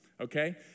okay